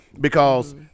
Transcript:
Because-